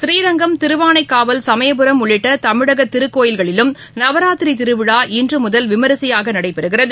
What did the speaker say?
பநீரங்கம் திருவானைக்காவல் சமயபுரம் உள்ளிட்டதமிழகதிருக்கோவில்களிலும் நவராத்திரிதிருவிழா இன்றுமதல் விமர்சையாகநடைபெறுகிறது